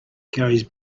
carries